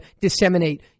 disseminate